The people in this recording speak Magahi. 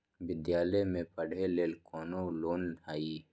विद्यालय में पढ़े लेल कौनो लोन हई?